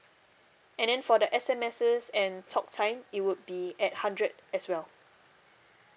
and then for the S_M_Ses and talk time it would be at hundred as well